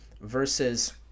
Versus